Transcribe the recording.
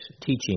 teaching